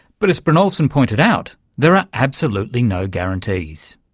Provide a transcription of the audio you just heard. but as brynjolfsson pointed out, there are absolutely no guarantees.